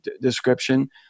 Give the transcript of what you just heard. description